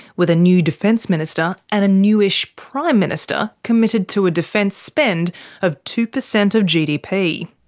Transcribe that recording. with a new defence minister and a new-ish prime minister committed to a defence spend of two percent of gdp.